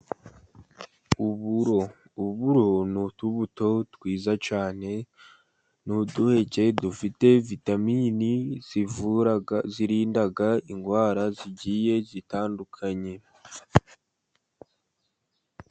Uburo, uburo ni utubuto twiza cyane. Ni uduheke dufite vitamini zivura zirinda indwara zigiye zitandukanye.